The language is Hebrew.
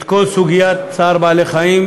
את כל סוגיית צער בעלי-חיים,